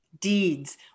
deeds